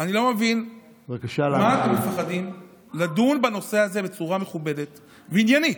אני לא מבין למה אתם מפחדים לדון בנושא הזה בצורה מכובדת ועניינית.